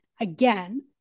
again